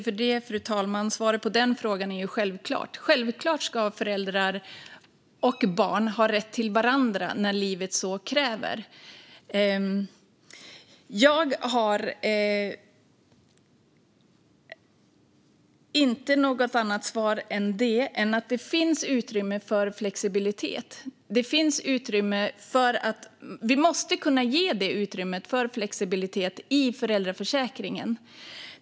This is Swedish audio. Fru talman! Svaret på den frågan är självklart. Föräldrar ska självklart och barn ha rätt till varandra när livet så kräver. Jag har inte något annat svar än att det finns utrymme för flexibilitet. Vi måste kunna ge det utrymmet för flexibilitet i föräldraförsäkringen.